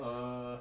err